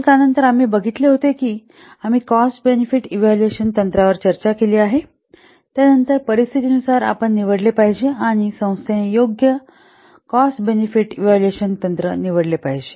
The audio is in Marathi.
तर त्यानंतर आम्ही बघितले होते कि आम्ही कॉस्ट बेनिफिट इवलुएशन तंत्रावर चर्चा केली आहे त्यानंतर परिस्थितीनुसार आपण निवडले पाहिजे किंवा संस्थेने योग्य आणि योग्य कॉस्ट बेनिफिट इव्हॅल्युएशन तंत्र निवडले पाहिजे